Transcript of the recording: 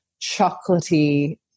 chocolatey